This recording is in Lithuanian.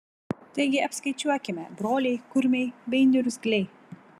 taigi apskaičiuokime broliai kurmiai bei niurzgliai